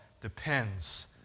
depends